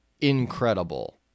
incredible